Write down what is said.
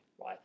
right